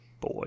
boy